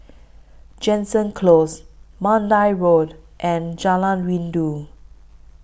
Jansen Close Mandai Road and Jalan Rindu